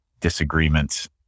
disagreements